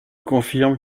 confirme